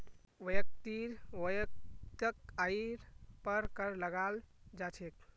व्यक्तिर वैयक्तिक आइर पर कर लगाल जा छेक